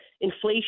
Inflation